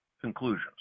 conclusions